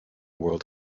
world